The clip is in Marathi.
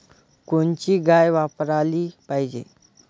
कोनची गाय वापराली पाहिजे?